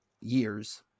years